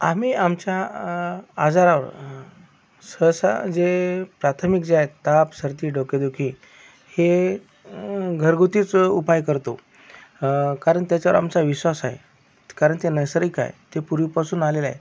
आम्ही आमच्या आजारावर सहसा जे प्राथमिक जे आहेत ताप सर्दी डोकेदुखी हे घरगुतीच उपाय करतो कारण त्याच्यावर आमचा विश्वास आहे कारण ते नैसर्गिक आहे ते पूर्वीपासून आलेलं आहे